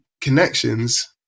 connections